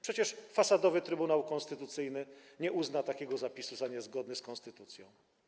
Przecież fasadowy Trybunał Konstytucyjny nie uzna takiego zapisu za niezgodny z konstytucją.